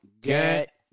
get